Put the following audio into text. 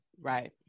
right